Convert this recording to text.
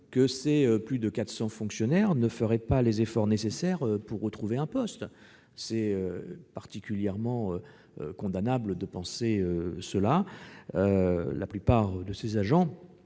que ces quelque 400 fonctionnaires ne feraient pas les efforts nécessaires pour retrouver un poste. C'est particulièrement condamnable de penser cela. La plupart de ces agents